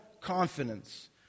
confidence